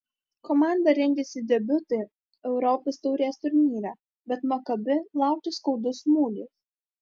komanda rengėsi debiutui europos taurės turnyre bet makabi laukė skaudus smūgis